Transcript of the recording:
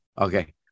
Okay